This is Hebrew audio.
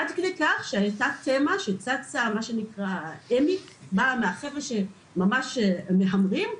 עד כדי כך שהייתה תמה שצצה מהחבר'ה שממש מהמרים,